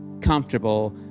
comfortable